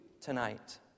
tonight